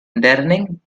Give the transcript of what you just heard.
deadening